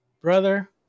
Brother